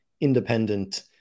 independent